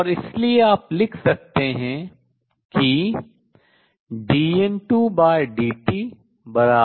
और इसलिए आप लिख सकते हैं कि dN2dt A21N2